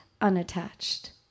unattached